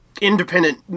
independent